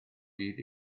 hyd